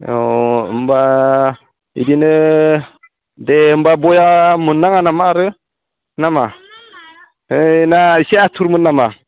अ होनबा बिदिनो दे होनबा बेया मोननाङा नामा आरो ना मा ना एसे आथुरमोन नामा